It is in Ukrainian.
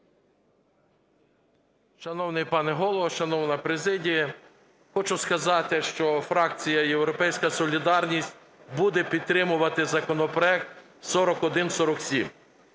Шановний пане Голово, шановна президія, хочу сказати, що фракція "Європейська солідарність" буде підтримувати законопроект 4147.